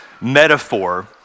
metaphor